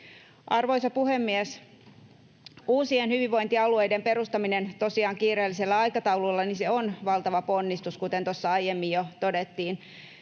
Arvoisa puhemies! Uusien hyvinvointialueiden perustaminen tosiaan kiireellisellä aikataululla on valtava ponnistus, kuten tuossa aiemmin jo todettiin.